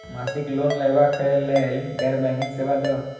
मासिक लोन लैवा कै लैल गैर बैंकिंग सेवा द?